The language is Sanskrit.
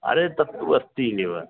अरे तत्तु अस्ति एव